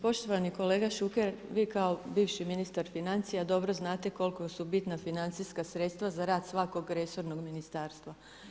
Poštovani kolega Šuker, vi kao bivši ministar financija dobro znate koliko su bitna financijska sredstva za rad svakog resornog ministarstva.